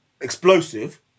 explosive